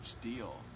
deal